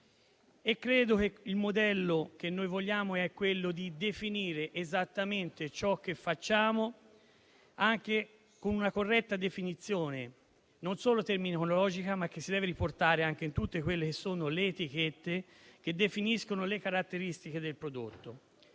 puntuale. Il modello che noi vogliamo è la definizione esatta di ciò che facciamo, con una corretta definizione, non solo terminologica, ma che si deve riportare anche su tutte le etichette che definiscono le caratteristiche del prodotto.